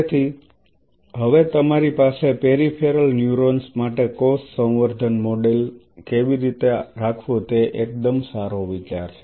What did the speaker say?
તેથી હવે તમારી પાસે પેરિફેરલ ન્યુરોન્સ માટે કોષ સંવર્ધન મોડેલ કેવી રીતે રાખવું તે એકદમ સારો વિચાર છે